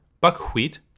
Buckwheat